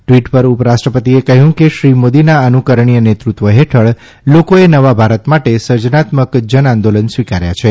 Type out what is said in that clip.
tweet પર ઉપરાષ્ટ્રપતિશ્રીએ કહ્યું કે શ્રી મોદીના અનુકરણીય નેતૃત્વ હેઠળ લોકોએ નવા ભારત માટે સર્જનાત્મક જન આંદોલન સ્વીકાર્યા છે